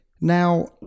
now